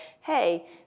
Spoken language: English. hey